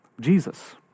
Jesus